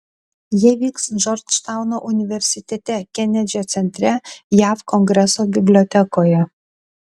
jie vyks džordžtauno universitete kenedžio centre jav kongreso bibliotekoje